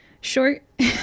Short